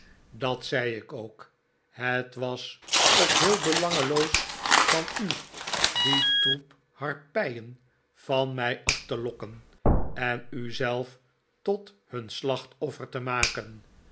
dat zei ik ook het was ook heel belangeloos van u f dien troep harpijen van mij af te lokken en u zelf tot hun slachtoffer te maken